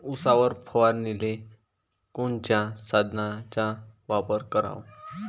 उसावर फवारनीले कोनच्या साधनाचा वापर कराव?